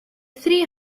three